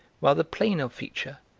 rather plain of feature,